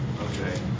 okay